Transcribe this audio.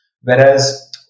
Whereas